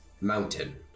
mountain